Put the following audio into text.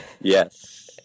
Yes